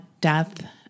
death